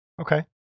Okay